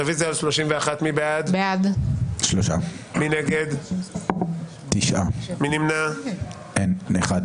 הצבעה בעד, 4 נגד, 9 נמנעים, אין לא אושרה.